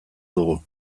dugu